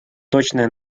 точное